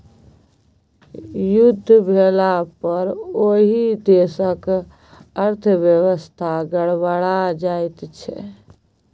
युद्ध भेलापर ओहि देशक अर्थव्यवस्था गड़बड़ा जाइत छै